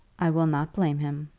i will not blame him,